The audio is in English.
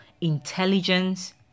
intelligence